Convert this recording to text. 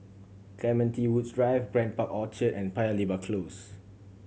Clementi Woods Drive Grand Park Orchard and Paya Lebar Close